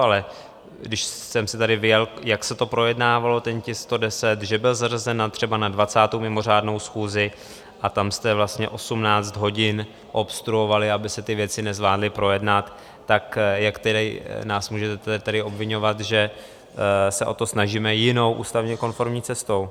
Ale když jsem si tady vyjel, jak projednával ten tisk 110, že byl zařazen třeba na 20. mimořádnou schůzi, a tam jste vlastně 18 hodin obstruovali, aby se ty věci nezvládly projednat, tak jak nás můžete tedy obviňovat, že se o to snažíme jinou ústavně konformní cestou?